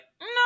no